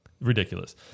Ridiculous